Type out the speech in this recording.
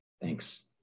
Thanks